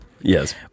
Yes